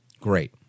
great